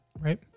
right